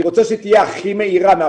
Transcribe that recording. אני רוצה שהיא תהיה הכי מהירה.